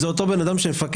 זה אותו בן אדם שמפקח.